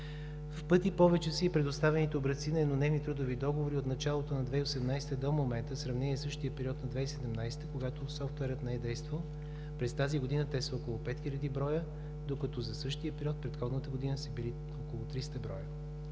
В пъти повече са и предоставените образци на еднодневни трудови договори от началото на 2018 г. до момента, в сравнение същия период на 2017 г., когато софтуерът не е действал. През тази година те са 5 хиляди броя, докато за същия период предходната година са били около 300 броя.